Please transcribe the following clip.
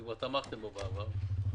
שכבר תמכתם בו בעבר.